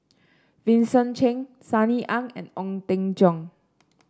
Vincent Cheng Sunny Ang and Ong Teng Cheong